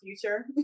future